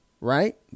right